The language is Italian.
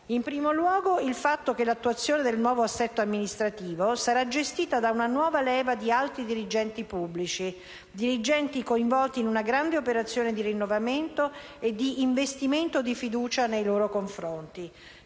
In primo luogo, l'attuazione del nuovo assetto amministrativo sarà gestita da una nuova leva di alti dirigenti pubblici, dirigenti coinvolti in una grande operazione di rinnovamento e di investimento di fiducia nei loro confronti.